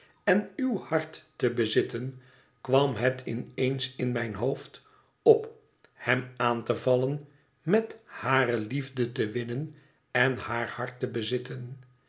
en uw hart te bezitten kwam het in eens in mijn hoofd op hem aan te vallen met t thare liefde te winnen en haar hart te bezitten